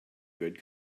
good